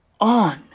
on